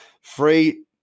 free